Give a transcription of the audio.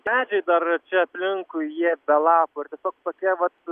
medžiai dar čia aplinkui jie be lapų ir tiesiog tokie vat